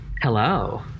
Hello